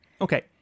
Okay